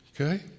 Okay